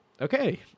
Okay